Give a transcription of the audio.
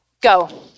go